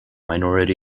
minority